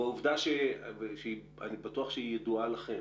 הוא העובדה שאני בטוח שידועה לכם,